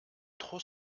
trop